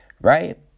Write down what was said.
right